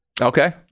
Okay